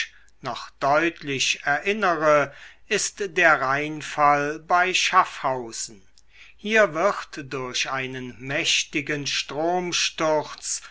noch deutlich erinnere ist der rheinfall bei schaffhausen hier wird durch einen mächtigen stromsturz